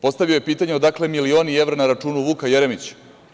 Postavio je pitanje odakle milioni evra na računu Vuka Jeremića?